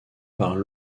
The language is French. par